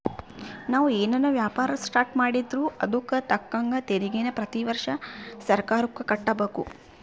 ನಾವು ಏನನ ವ್ಯಾಪಾರ ಸ್ಟಾರ್ಟ್ ಮಾಡಿದ್ರೂ ಅದುಕ್ ತಕ್ಕಂಗ ತೆರಿಗೇನ ಪ್ರತಿ ವರ್ಷ ಸರ್ಕಾರುಕ್ಕ ಕಟ್ಟುಬಕು